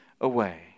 Away